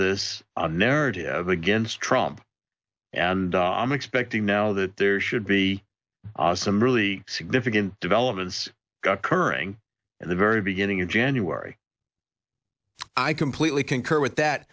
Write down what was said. this narrative against trump and i'm expecting now that there should be some really significant developments currying at the very beginning in january i completely concur with that